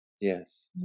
Yes